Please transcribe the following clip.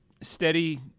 Steady